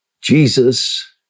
Jesus